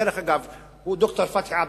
דרך אגב, ד"ר פתחי עבד-אלהאדי,